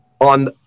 on